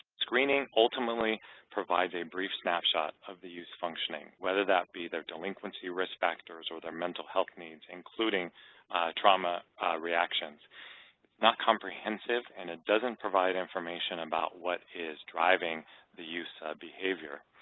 screening ultimately provides a brief snapshot of the youth's functioning, whether that be their delinquency risk factors or their mental health needs, including trauma reactions. it's not comprehensive and it doesn't provide information about what is driving the youth's behavior.